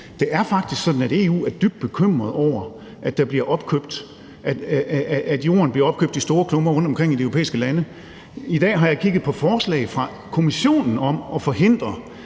Det er faktisk sådan, at EU er dybt bekymret over, at jorden bliver opkøbt i store klumper rundtomkring i de europæiske lande. I dag har jeg kigget på forslag fra Kommissionen om at forhindre